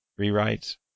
rewrites